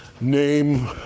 name